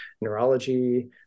neurology